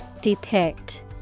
Depict